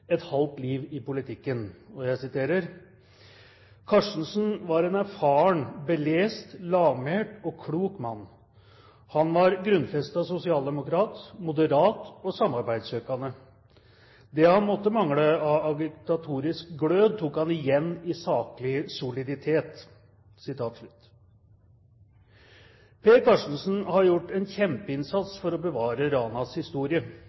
et halvt liv i politikken» Karstensen som en erfaren, belest, lavmælt og klok mann. Han var grunnfestet sosialdemokrat, moderat og samarbeidssøkende. «Det han manglet i agitatorisk glød, tok han igjen i saklig soliditet.» Per Karstensen har gjort en kjempeinnsats for å bevare Ranas historie.